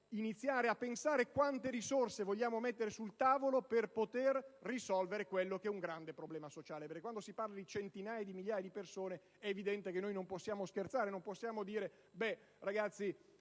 iniziare a pensare quante risorse vogliamo mettere sul tavolo per poter risolvere questo grande problema sociale. Quando si parla, infatti, di centinaia di migliaia di persone è evidente che non possiamo scherzare. Non possiamo congedare gli